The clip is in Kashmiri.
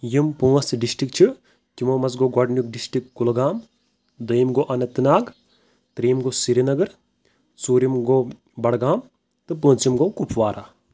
یِم پانٛژھ ڈسٹرک چھِ تِمو منٛز گوٚو گۄڈٕنیُک ڈسٹرک کُلگام دٔیُم گۄو اننت ناگ ترٚیٚیُم گۄو سری نَگر ژورِم گۄو بڈگام تہٕ پوٗنژِم گۄو کَُپوارہ